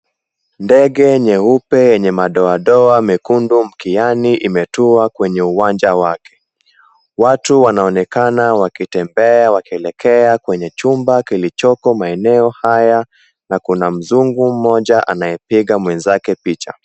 Ndege nyeupe yenye madoadoa mekundu mkiani imetua kwenye uwanja wake. Watu wanaonekana wakitembea wakielekea kwenye chumba kilichoko maeneo haya na kuna mzungu mmoja anayepiga mwenzake picha.